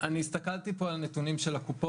אני הסתכלתי פה על הנתונים של הקופות,